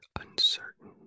uncertain